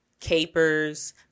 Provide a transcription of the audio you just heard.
capers